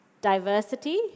diversity